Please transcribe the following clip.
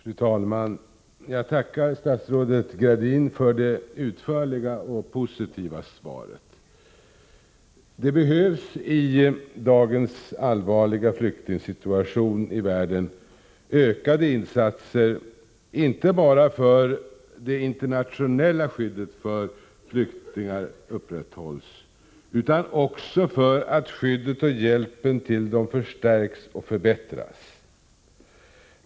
Fru talman! Jag tackar statsrådet Gradin för det utförliga och positiva svaret. Det behövs i dagens allvarliga flyktingsituation i världen ökade insatser inte bara för att det internationella skyddet för flyktingar skall upprätthållas utan också för att skyddet och hjälpen till dem skall förstärkas och förbättras.